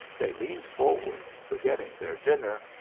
they leaned forward, forgetting their dinner,